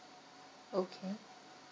okay